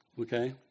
okay